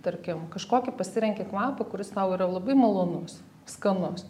tarkim kažkokį pasirenki kvapą kuris tau yra labai malonus skanus